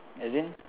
as in